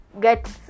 get